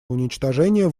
уничтожения